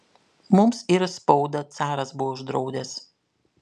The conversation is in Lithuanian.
mums ir spaudą caras buvo uždraudęs